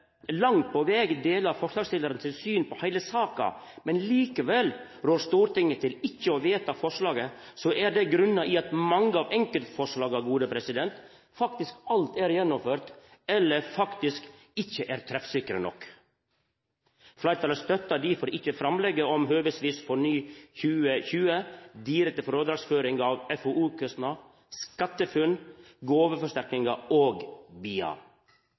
langt på veg deler forslagsstillarane sitt syn på heile saka, men likevel rår Stortinget til ikkje å vedta forslaget, er det grunna i at mange av enkeltforslaga faktisk alt er gjennomførte eller ikkje er treffsikre nok. Fleirtalet støttar difor ikkje framlegga om høvesvis FORNY2020, direkte frådragsføring av FoU-kostnader, SkatteFUNN, gåveforsterkinga og BIA. Når det gjeld ei styrking av